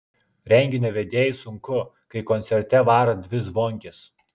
renginio vedėjui sunku kai koncerte varo dvi zvonkės